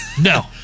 no